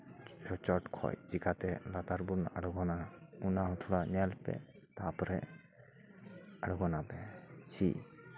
ᱪᱚᱴ ᱠᱷᱚᱡ ᱪᱤᱠᱟᱛᱮ ᱞᱟᱛᱟᱨ ᱵᱚᱱ ᱟᱬᱜᱚᱱᱟ ᱚᱱᱟ ᱦᱚᱸ ᱛᱷᱚᱲᱟ ᱧᱮᱞᱯᱮ ᱛᱟᱨᱯᱚᱨᱮ ᱟᱬᱜᱚᱱᱟᱯᱮ ᱪᱤᱜ